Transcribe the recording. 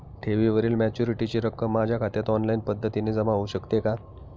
ठेवीवरील मॅच्युरिटीची रक्कम माझ्या खात्यात ऑनलाईन पद्धतीने जमा होऊ शकते का?